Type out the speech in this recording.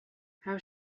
how